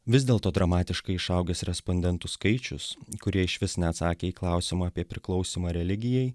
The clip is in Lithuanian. vis dėlto dramatiškai išaugęs respondentų skaičius kurie išvis neatsakė į klausimą apie priklausymą religijai